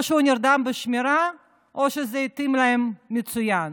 או שהוא נרדם בשמירה או שזה התאים להם מצוין.